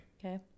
Okay